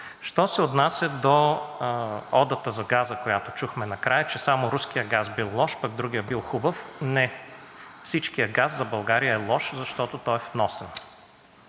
Що се отнася до одата за газа, която чухме накрая, че само руският газ бил лош, а пък другият бил хубав – не, всичкият газ за България е лош, защото той е вносен.